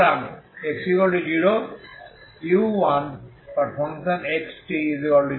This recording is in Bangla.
সুতরাং x0 u1xt0 এ